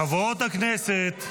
חברות הכנסת,